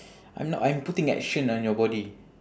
I'm not I'm putting action on your body